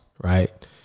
right